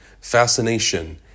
fascination